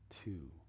two